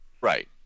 Right